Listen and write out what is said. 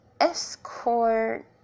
Escort